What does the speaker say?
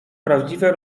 prawdziwe